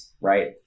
Right